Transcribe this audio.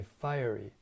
fiery